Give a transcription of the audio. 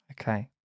Okay